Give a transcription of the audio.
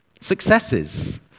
successes